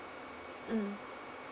mm